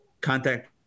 contact